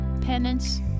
penance